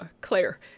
Claire